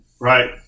Right